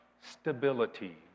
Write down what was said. stability